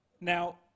Now